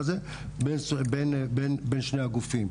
תשקיע.